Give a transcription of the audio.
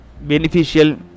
beneficial